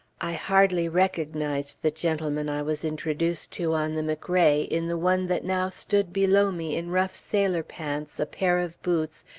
i hardly recognized the gentleman i was introduced to on the mcrae in the one that now stood below me in rough sailor pants, a pair of boots,